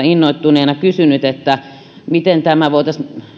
innoittuneena kysynyt miten tämä voitaisiin